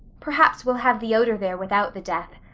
perhaps we'll have the odor there without the death.